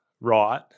right